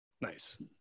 nice